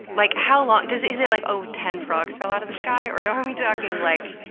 like, how long does. is it like, oh ten frogs fell out of the sky? are yeah um we talking like?